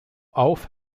auf